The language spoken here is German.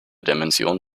dimension